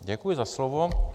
Děkuji za slovo.